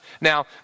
Now